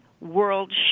world